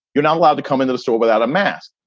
you're not allowed to come into the store without a mask.